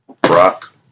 Brock